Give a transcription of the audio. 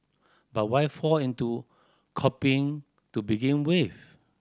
but why fall into copying to begin with